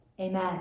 Amen